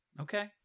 Okay